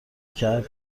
کرد